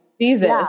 Jesus